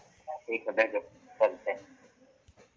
एक एकड़ जमीन मे चारि हजार आठ सय चालीस वर्ग गज जमीन होइ छै